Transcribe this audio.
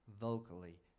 vocally